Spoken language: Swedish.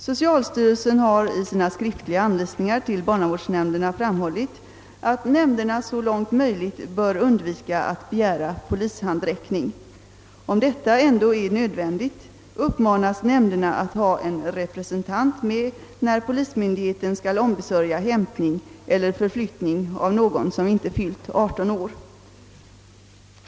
Socialstyrelsen har i sina skriftliga anvisningar till barnavårdsnämnderna framhållit, att nämnderna så långt möjligt bör undvika att begära polishandräckning. Om detta ändå är nödvändigt, uppmanas nämnderna att ha en representant med när polismyndigheten skall ombesörja hämtning eller förflyttning av någon som inte fyllt 18 år.